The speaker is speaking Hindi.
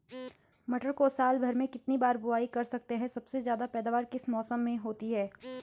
मटर को साल भर में कितनी बार बुआई कर सकते हैं सबसे ज़्यादा पैदावार किस मौसम में होती है?